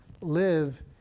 live